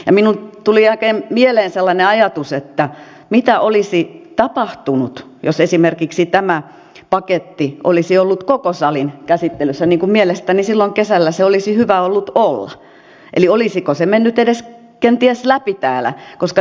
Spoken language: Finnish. ja minulla tuli mieleen sellainen ajatus että mitä olisi tapahtunut jos esimerkiksi tämä paketti olisi ollut koko salin käsittelyssä niin kuin mielestäni silloin kesällä sen olisi hyvä ollut olla eli olisiko se kenties edes mennyt läpi täällä